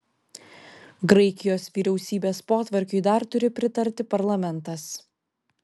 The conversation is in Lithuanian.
graikijos vyriausybės potvarkiui dar turi pritarti parlamentas